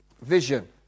vision